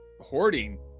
hoarding